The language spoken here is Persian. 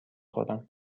خورم